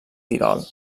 tirol